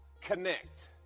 connect